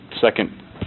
second